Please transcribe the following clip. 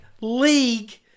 League